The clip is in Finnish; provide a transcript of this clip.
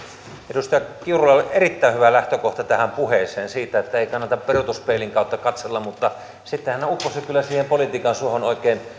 edustaja kiurulla oli erittäin hyvä lähtökohta tähän puheeseen siitä että ei kannata peruutuspeilin kautta katsella mutta sitten hän upposi kyllä siihen politiikan suohon oikein